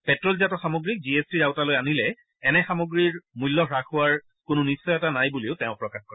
পেট্ট লজাত সামগ্ৰীক G S টিৰ আওতালৈ আনিলে এনে সামগ্ৰী মূল্য হাস হোৱাৰ কোনো নিশ্চয়তা নাই বুলিও তেওঁ প্ৰকাশ কৰে